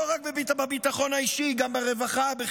לא רק בביטחון האישי, גם ברווחה, בחינוך,